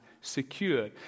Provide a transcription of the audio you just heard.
secure